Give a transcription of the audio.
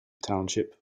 township